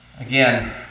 Again